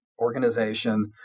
organization